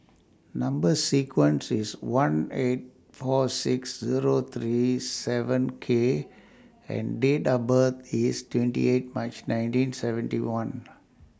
Number sequence IS one eight four six Zero three seven K and Date of birth IS twenty eight March nineteen seventy one